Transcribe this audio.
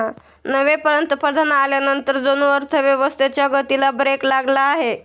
नवे पंतप्रधान आल्यानंतर जणू अर्थव्यवस्थेच्या गतीला ब्रेक लागला आहे